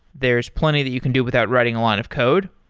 there's plenty that you can do without writing a lot of code,